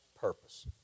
purpose